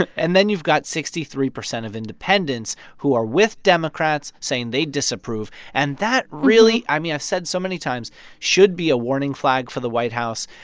and then you've got sixty three percent of independents who are with democrats saying they disapprove. and that really i mean, i've said so many times should be a warning flag for the white house.